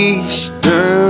Eastern